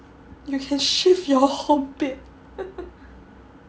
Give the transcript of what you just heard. you can shift your whole bed